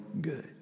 good